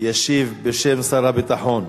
ישיב בשם שר הביטחון.